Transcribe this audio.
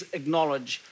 acknowledge